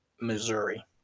Missouri